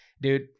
dude